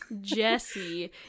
Jesse